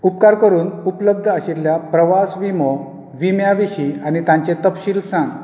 उपकार करून उपलब्द आशिल्ल्या प्रवास विमो विम्या विशीं आनी तांचें तपशील सांग